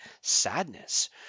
sadness